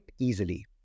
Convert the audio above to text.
easily